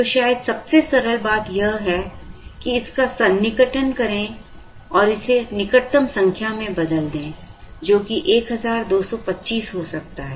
तो शायद सबसे सरल बात यह है कि इसका सन्निकटन करें और इसे निकटतम संख्या में बदल दें जो कि 1225 हो सकता है